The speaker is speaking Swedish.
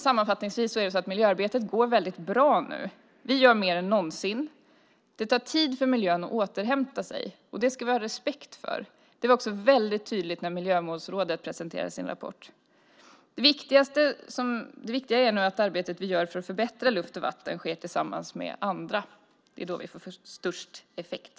Sammanfattningsvis går miljöarbetet väldigt bra nu. Vi gör mer än någonsin. Det tar tid för miljön att återhämta sig. Det ska vi ha respekt för. Det var också väldigt tydligt när Miljömålsrådet presenterade sin rapport. Det viktiga är nu att arbetet vi gör för att förbättra luft och vatten sker tillsammans med andra. Det är då vi får störst effekt.